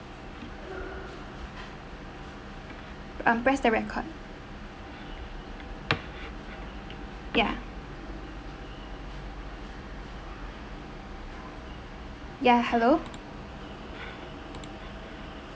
um press the record yeah yeah hello